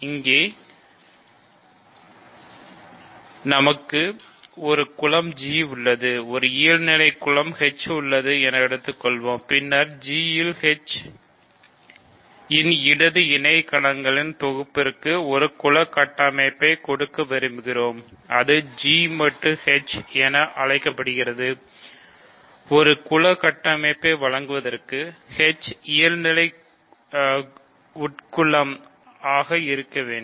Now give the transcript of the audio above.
இங்கே நமக்கு ஒரு குலம் G உள்ளது ஒரு இயல் நிலை உட்குலம் இருக்க வேண்டும்